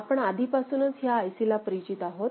आपण आधीपासूनच ह्या आयसी ला परिचित आहोत